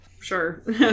sure